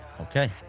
Okay